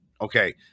Okay